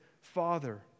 father